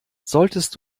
solltest